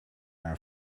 are